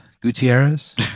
Gutierrez